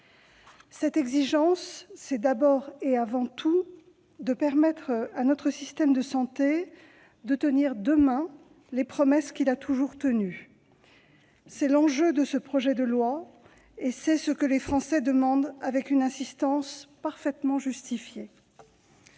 cette exigence, c'est d'abord et avant tout permettre à notre système de santé de tenir, demain, les promesses qu'il a toujours tenues. C'est l'enjeu de ce projet de loi et c'est ce que les Français demandent avec une insistance parfaitement justifiée.